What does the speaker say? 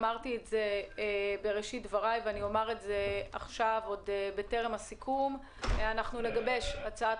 אמרתי בראשית דבריי ואני אומר גם עכשיו שאנחנו נגבש הצעת